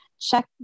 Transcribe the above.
check